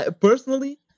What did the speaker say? personally